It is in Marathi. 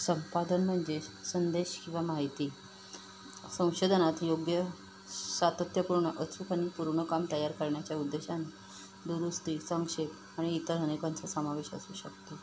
संपादन म्हणजे संदेश किंवा माहिती संशोधनात योग्य सातत्य पूर्ण अचूक आणि पूर्ण काम तयार करण्याच्या उद्देशाने दुरुस्ती संक्षेप आणि इतर अनेकांचा समावेश असू शकतो